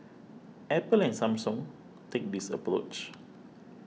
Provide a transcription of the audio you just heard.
Apple and Samsung take this approach